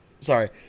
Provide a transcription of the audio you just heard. Sorry